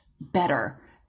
better